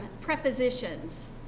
prepositions